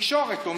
התקשורת אומרת.